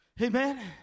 Amen